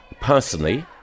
personally